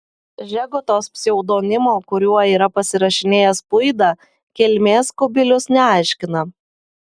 žegotos pseudonimo kuriuo yra pasirašinėjęs puida kilmės kubilius neaiškina